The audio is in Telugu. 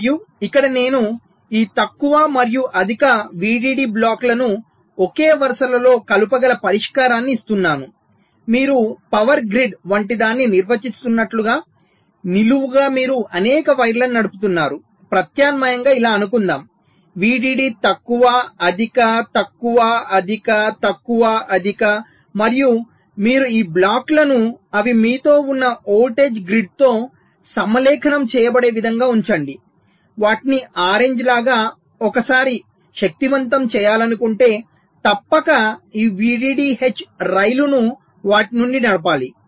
మరియు ఇక్కడ నేను ఈ తక్కువ మరియు అధిక VDD బ్లాకులను ఒకే వరుసలలో కలపగల పరిష్కారాన్ని ఇస్తున్నాను మీరు పవర్ గ్రిడ్ వంటిదాన్ని నిర్వచిస్తున్నట్లుగా నిలువుగా మీరు అనేక వైర్లను నడుపుతున్నారు ప్రత్యామ్నాయంగా ఇలా అనుకుందాం VDD తక్కువ అధిక తక్కువ అధిక తక్కువ అధిక మరియు మీరు ఈ బ్లాక్లను అవి మీతో ఉన్న వోల్టేజ్ గ్రిడ్తో సమలేఖనం చేయబడే విధంగా ఉంచండి వాటిని ఆరెంజ్ లాగా ఒకసారి శక్తివంతం చేయాలనుకుంటే తప్పక ఈ VDDH రైలును వాటి నుండి నడిపాలి